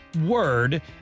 word